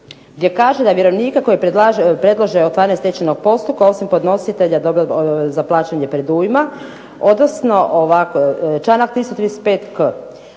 gdje kaže da vjerovnika koji predlaže otvaranje stečajnog postupka, osim podnositelja za plaćanje predujma, odnosno članak 335.k